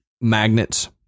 Magnets